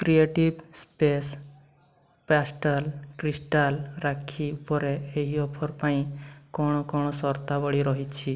creative space pastel crystal Rakhi ଉପରେ ଏହି offer ପାଇଁ କ'ଣ କ'ଣ ସର୍ତ୍ତାବଳୀ ରହିଛି